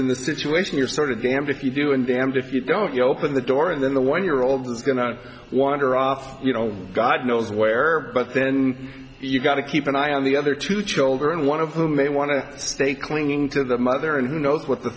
in the situation you're sort of damned if you do and damned if you don't you open the door and then the one year old is going to wander off you know god knows where but then you've got to keep an eye on the other two children one of them may want to stay clinging to the mother and who knows what the